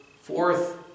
fourth